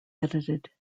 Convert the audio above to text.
edited